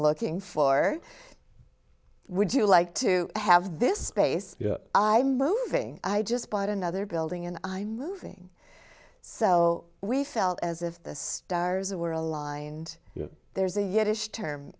looking for would you like to have this space i'm moving i just bought another building and i'm moving so we felt as if the stars were aligned there's